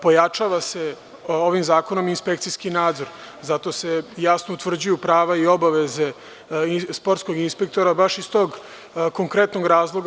Pojačava se ovim zakonom i inspekcijski nadzor, zato se jasno utvrđuju prava i obaveze sportskog inspektora, ali baš iz tog konkretnog razloga.